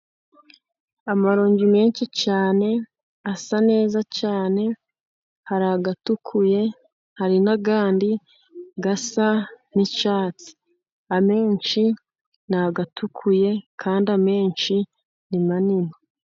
Amaronji menshi cyane asa neza cyane, hari atukuye hari n' andi asa n' icyatsi, amenshi ni atukuye kandi amenshi ni manini.